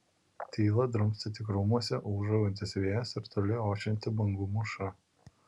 tylą drumstė tik krūmuose ūžaujantis vėjas ir toli ošianti bangų mūša